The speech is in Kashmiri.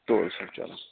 تُل سا چلو